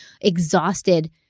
exhausted